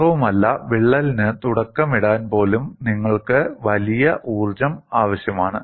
മാത്രവുമല്ല വിള്ളലിന് തുടക്കമിടാൻ പോലും നിങ്ങൾക്ക് വലിയ ഊർജ്ജം ആവശ്യമാണ്